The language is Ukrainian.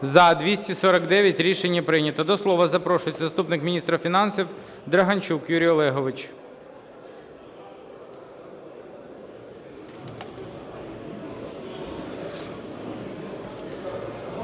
За-249 Рішення прийнято. До слова запрошується заступник міністра фінансів Драганчук Юрій Олегович.